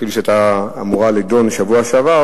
שהיתה אמורה להידון בשבוע שעבר,